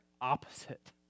opposite